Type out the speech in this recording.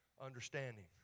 Understanding